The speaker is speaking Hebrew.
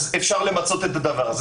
אז אפשר למצות את הדבר הזה.